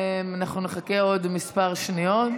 אנחנו נחכה עוד כמה שניות.